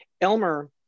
Elmer